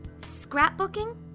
Scrapbooking